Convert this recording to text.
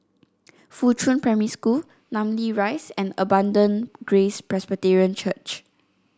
Fuchun Primary School Namly Rise and Abundant Grace Presbyterian Church